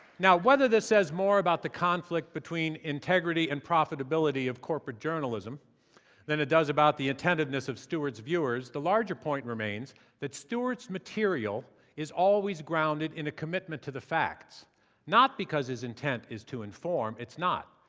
now whether this says more about the conflict between integrity and profitability of corporate journalism than it does about the attentiveness of stewart's viewers, the larger point remains that stewart's material is always grounded in a commitment to the facts not because his intent is to inform. it's not.